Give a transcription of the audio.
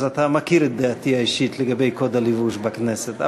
אז אתה מכיר את דעתי האישית לגבי קוד הלבוש בכנסת,